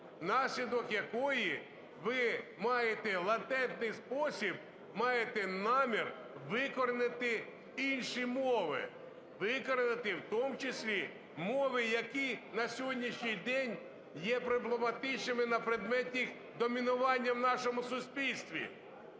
внаслідок якої ви маєте в латентний спосіб, маєте намір викорінити інші мови, викорінити в тому числі мови, які на сьогоднішній день є проблематичними на предмет їх домінування в нашому суспільстві.